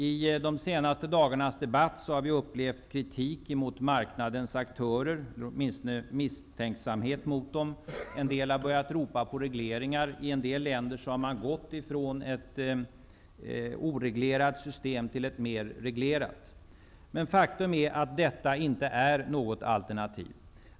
I de senaste dagarnas debatt har vi upplevt kritik mot marknadens aktörer, eller åtminstone misstänksamhet mot dem. En del har börjat ropa på regleringar. I en del länder har man gått från ett oreglerat system till ett mera reglerat. Men faktum är att detta inte är något alternativ.